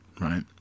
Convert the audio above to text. right